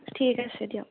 ঠিক আছে দিয়ক